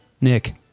nick